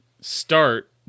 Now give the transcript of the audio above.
start